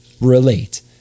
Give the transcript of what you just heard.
relate